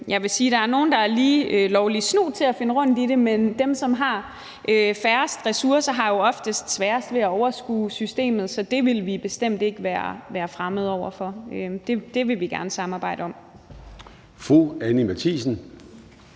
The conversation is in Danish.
Jeg vil sige, at der er nogle, der er lige lovlig snu til at finde rundt i det, men dem, som har færrest ressourcer, har jo oftest sværest ved at overskue systemet. Så det vil vi bestemt ikke være fremmede over for, og det vil vi gerne samarbejde om. Kl. 16:52 Formanden